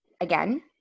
again